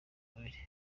mubiri